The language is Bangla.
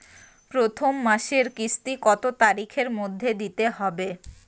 প্রথম মাসের কিস্তি কত তারিখের মধ্যেই দিতে হবে?